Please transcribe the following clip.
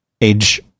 age